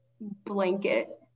blanket